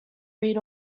read